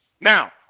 Now